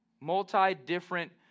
multi-different